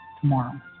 tomorrow